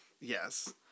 Yes